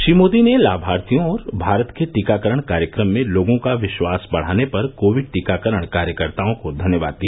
श्री मोदी ने लामार्थियों और भारत के टीकाकरण कार्यक्रम में लोगों का विश्वास बढ़ाने पर कोविड टीकाकरण कार्यकर्ताओं को धन्यवाद दिया